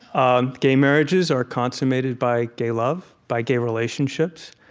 um gay marriages are consummated by gay love, by gay relationships,